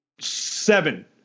seven